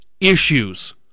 issues